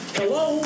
Hello